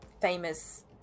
famous